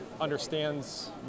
understands